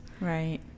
Right